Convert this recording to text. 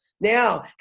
Now